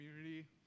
community